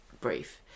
brief